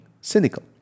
cynical